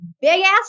big-ass